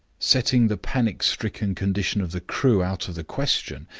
setting the panic-stricken condition of the crew out of the question,